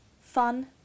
fun